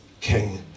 king